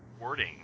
wording